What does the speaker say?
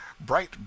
bright